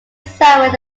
summoned